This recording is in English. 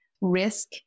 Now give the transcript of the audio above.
risk